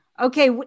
Okay